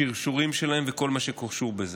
שרשורים שלהם וכל מה שקשור בזה.